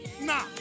Nah